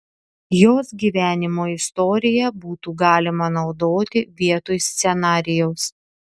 jos gyvenimo istoriją būtų galima naudoti vietoj scenarijaus